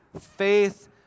faith